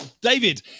David